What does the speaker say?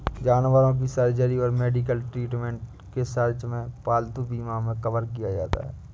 जानवरों की सर्जरी और मेडिकल ट्रीटमेंट के सर्च में पालतू बीमा मे कवर किया जाता है